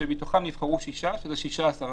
כשמתוכם נבחרו שישה -16%.